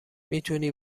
میتونی